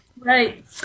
Right